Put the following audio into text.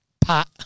Pat